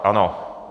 Ano.